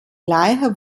leiche